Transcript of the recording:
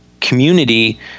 community